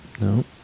no